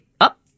up